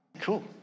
cool